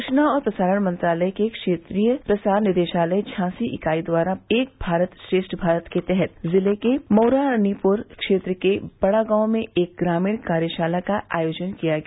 सूचना और प्रसारण मंत्रालय के क्षेत्रीय प्रचार निदेशालय झांसी इकाई द्वारा एक भारत श्रेष्ठ भारत के तहत ज़िले के मऊरानीपुर क्षेत्र के बड़ा गांव में एक ग्रामीण कार्यशाला का आयोजन किया गया